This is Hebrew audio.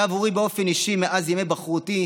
ועבורי באופן אישי מאז ימי בחרותי,